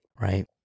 right